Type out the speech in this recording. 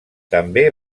també